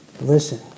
Listen